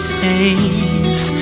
face